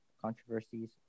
controversies